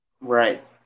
right